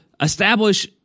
establish